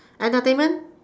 entertainment